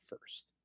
first